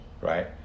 right